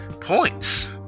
points